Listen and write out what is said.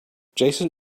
jason